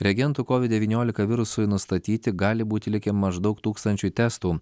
reagentų covid devyniolika virusui nustatyti gali būti likę maždaug tūkstančiui testų